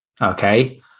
Okay